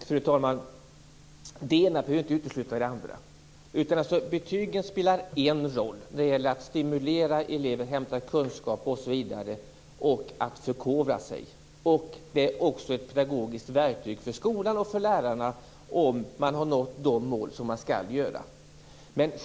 Fru talman! Det ena behöver inte utesluta det andra. Betygen spelar en roll när det gäller att stimulera elever att hämta in kunskap, att förkovra sig osv. De är också ett pedagogiskt verktyg för skolan och för lärarna för att bedöma om eleverna nått de mål de skall nå.